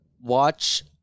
watch